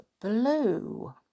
blue